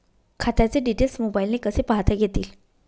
खात्याचे डिटेल्स मोबाईलने कसे पाहता येतील?